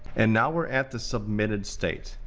and now were at the submitted state.